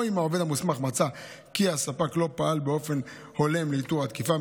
או אם העובד המוסמך מצא כי הספק לא פעל באופן הולם לאיתור התקיפה,